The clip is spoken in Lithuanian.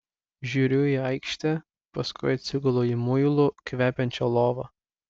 žiūriu į aikštę paskui atsigulu į muilu kvepiančią lovą